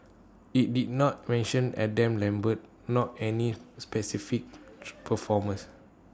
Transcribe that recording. IT did not mention Adam lambert not any specific performers